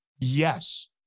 Yes